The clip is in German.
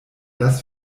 das